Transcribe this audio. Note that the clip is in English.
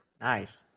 nice